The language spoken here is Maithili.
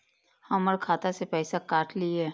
हमर खाता से पैसा काट लिए?